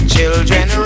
Children